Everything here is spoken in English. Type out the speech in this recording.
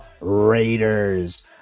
Raiders